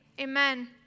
amen